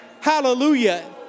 Hallelujah